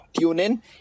TuneIn